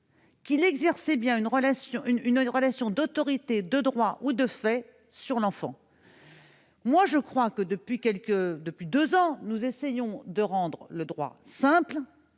qu'il exerçait bien une relation d'autorité de droit ou de fait sur l'enfant. Depuis deux ans, nous essayons de rendre le droit simple